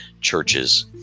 churches